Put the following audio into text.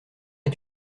est